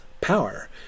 power